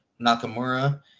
Nakamura